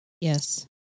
Yes